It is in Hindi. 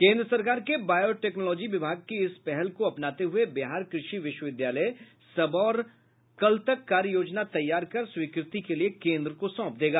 केन्द्र सरकार के बायोटेकनोलॉजी विभाग की इस पहल को अपनाते हुए बिहार कृषि विश्वविद्यालय सबोर ने कल तक कार्य योजना तैयार कर स्वीकृति के लिए केन्द्र को सौंप देगा